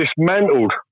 dismantled